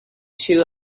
two